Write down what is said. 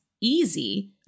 easy